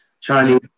Chinese